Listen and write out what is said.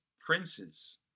princes